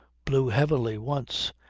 blew heavily once,